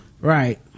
right